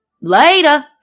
Later